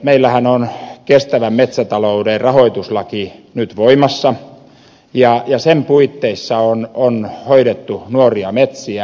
meillähän on kestävän metsätalouden rahoituslaki nyt voimassa ja sen puitteissa on hoidettu nuoria metsiä